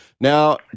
Now